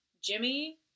Jimmy